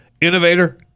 innovator